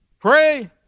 pray